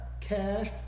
cash